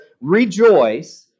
Rejoice